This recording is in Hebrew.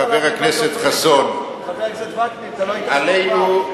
חבר הכנסת חסון: עלינו,